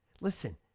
Listen